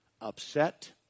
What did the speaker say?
upset